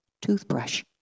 toothbrush